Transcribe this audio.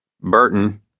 Burton